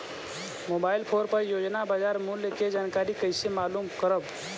Mobile phone पर रोजाना बाजार मूल्य के जानकारी कइसे मालूम करब?